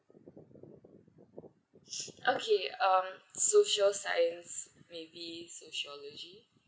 okay um social science maybe sociology